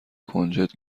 کنجد